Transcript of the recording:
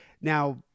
Now